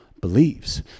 believes